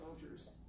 soldiers